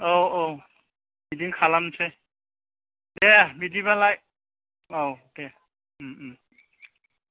औ औ बिदिनो खालामसै दे बिदिबालाय औ दे